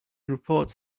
reports